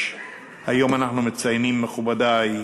מכובדי,